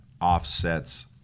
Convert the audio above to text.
offsets